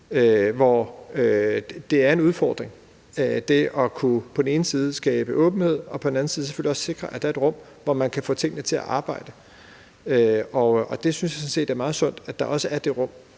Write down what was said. hvor det er en udfordring, altså det at kunne på den ene side skabe åbenhed og på den anden side selvfølgelig også sikre, at der er et rum, hvor man kan få arbejdet på tingene, og der synes jeg sådan set, det er meget sundt, at der også er det rum.